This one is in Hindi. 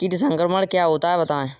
कीट संक्रमण क्या होता है बताएँ?